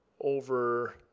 over